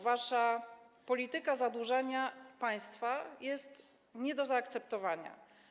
Wasza polityka zadłużania państwa jest nie do zaakceptowania.